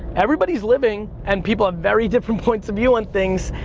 everybody's living, and people have very different point of views on things.